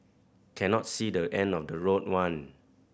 cannot see the end of the road one